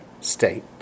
state